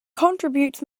contributes